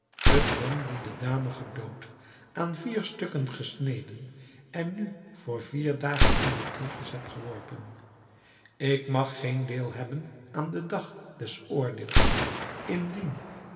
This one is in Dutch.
ik het ben die de dame gedood aan vier stukken gesneden en nu vr vier dagen in den tigris heb geworpen ik mag geen deel hebben aan den dag des oordeels indien